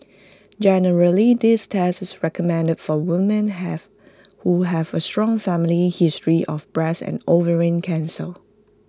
generally this test is recommended for women have who have A strong family history of breast and ovarian cancer